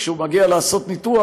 כשהוא מגיע לעשות ניתוח,